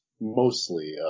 mostly